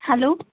hello